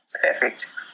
perfect